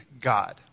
God